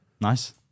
Nice